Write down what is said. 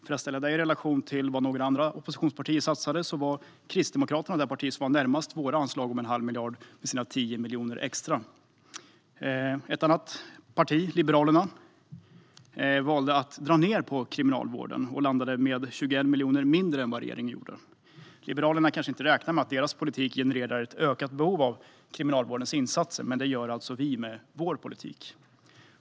För att ställa detta i relation till vad andra oppositionspartier satsade var Kristdemokraterna med sina tio miljoner extra det parti som låg närmast vårt anslag. Ett annat parti, Liberalerna, valde att dra ned på Kriminalvården och landade på 21 miljoner mindre än vad regeringen gjorde. Liberalerna kanske inte räknar med att deras politik genererar ett ökat behov av kriminalvårdens insatser, men det gör alltså vi med vår politik.